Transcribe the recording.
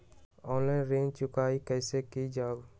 Online ऋण चुकाई कईसे की ञाई?